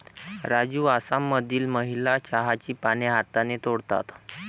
राजू आसाममधील महिला चहाची पाने हाताने तोडतात